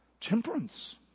Temperance